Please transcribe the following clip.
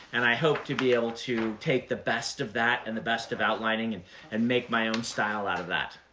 and i hope to be able to take the best of that, and the best of outlining, and and make my own style out of that.